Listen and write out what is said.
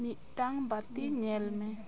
ᱢᱤᱫᱴᱟᱝ ᱵᱟᱹᱛᱤ ᱧᱮᱞᱢᱮ